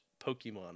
Pokemon